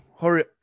hurry